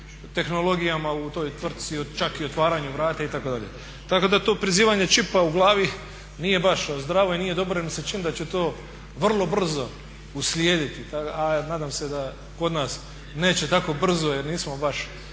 tehnologijama u toj tvrtci, od čak otvaranju vrata itd. Tako da to prizivanje čipa u glavi nije baš zdravo i nije dobro jer mi se čini da će to vrlo brzo uslijediti, a nadam se da kod nas neće tako brzo jer nismo baš